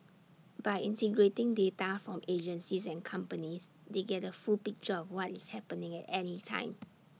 by integrating data from agencies and companies they get A full picture of what is happening at any time